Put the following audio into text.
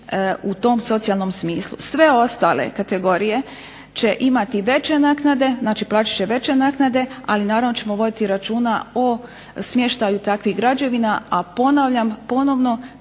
u tom socijalnom smislu. Sve ostale kategorije će imati veće naknade, znači plaćat će veće naknade, ali naravno da ćemo voditi računa o smještaju takvih građevina,a ponavljam ponovno